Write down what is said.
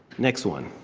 next one.